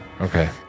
Okay